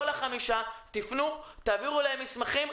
תפנו, תעבירו אליהם מסמכים.